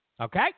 Okay